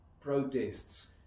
protests